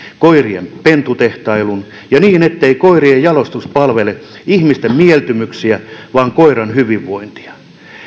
koirien pentutehtailun ja niin ettei koirien jalostus palvele ihmisten mieltymyksiä vaan koiran hyvinvointia